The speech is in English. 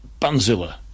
Banzilla